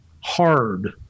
hard